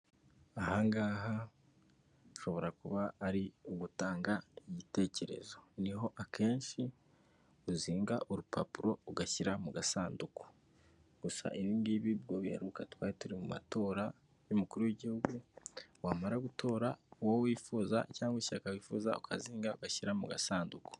Aha ngaha ushobora kuba ari ugutanga igitekerezo, iho akenshi uzinga urupapuro ugashyira mu gasanduku, gusa ibingibi ubwo biheruka twari turi mu matora y'umukuru w'igihugu wamara gutora uwo wifuza cyangwa ishyaka wifuza ukazinga ugashyira mu gasanduku.